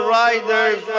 riders